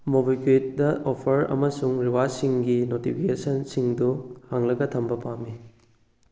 ꯃꯣꯕꯤꯀ꯭ꯋꯤꯛꯇ offer ꯑꯃꯁꯨꯡ ꯔꯤꯋꯥꯔꯗꯁꯤꯡꯒꯤ ꯅꯣꯇꯤꯐꯤꯀꯦꯁꯟꯁꯤꯡꯗꯨ ꯍꯥꯡꯂꯒ ꯊꯝꯕ ꯄꯥꯝꯏ